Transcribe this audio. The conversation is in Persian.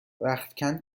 رختکن